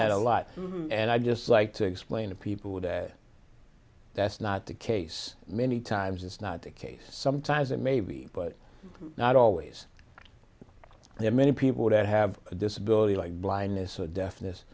that a lot and i just like to explain to people that that's not the case many times it's not the case sometimes or maybe not always there are many people that have a disability like blindness or deafness